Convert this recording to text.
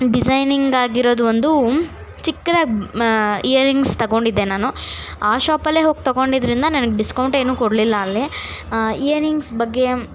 designing ಆಗಿರೋದು ಒಂದು ಚಿಕ್ಕದಾಗಿ ಮ ಇಯರಿಂಗ್ಸ್ ತೊಗೊಂಡಿದ್ದೆ ನಾನು ಆ ಶಾಪಲ್ಲೆ ಹೋಗಿ ತೊಗೊಂಡಿದ್ರಿಂದ ನನಗೆ ಡಿಸ್ಕೌಂಟ್ ಏನು ಕೊಡ್ಲಿಲ್ಲ ಅಲ್ಲಿ ಇಯರಿಂಗ್ಸ್ ಬಗ್ಗೆ